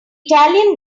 italian